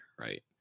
right